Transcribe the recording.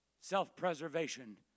Self-preservation